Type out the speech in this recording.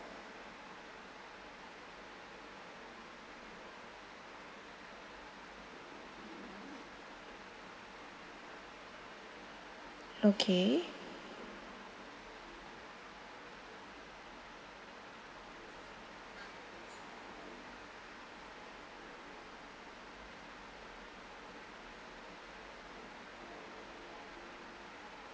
okay